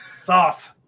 Sauce